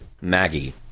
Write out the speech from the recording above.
Maggie